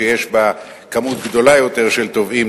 שיש בה מספר גדול יותר של תובעים,